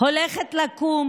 הולכת לקום